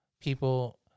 people